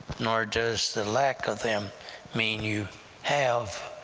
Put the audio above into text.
nor does the lack of them mean you have